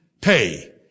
pay